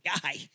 guy